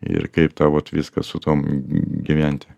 ir kaip tą vot viskas su tuom gyventi